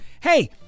hey